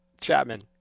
Chapman